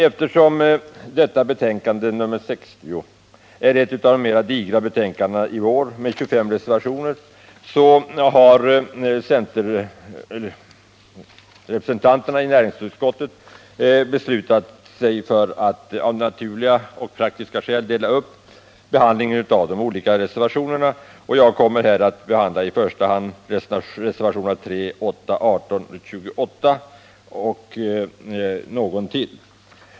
Eftersom detta betänkande, nr 60, är ett av de mera digra betänkandena i år och har 32 reservationer, har centerrepresentanterna i näringsutskottet beslutat sig för att av naturliga och praktiska skäl dela upp behandlingen av de olika reservationerna. Jag kommer i första hand att här behandla reservationerna 3, 8, 18 och 28 samt någon till.